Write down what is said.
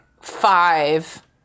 five